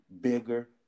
bigger